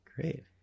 Great